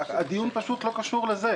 הדיון פשוט לא קשור לזה,